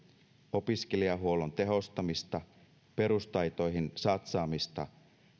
opiskelijahuollon tehostamista perustaitoihin satsaamista